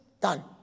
done